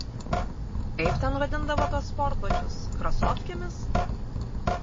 kaip ten vadindavo tuos sportbačius krasofkėmis